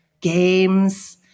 games